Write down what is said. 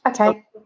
Okay